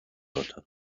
daughter